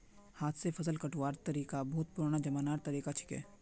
हाथ स फसल कटवार तरिका बहुत पुरना जमानार तरीका छिके